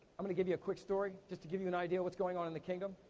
i'm gonna give you a quick story just to give you an idea what's going on in the kingdom.